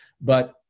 But-